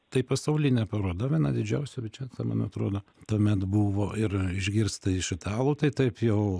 tai pasaulinė paroda viena didžiausių ir čia man atrodo tuomet buvo ir išgirsta iš italų tai taip jau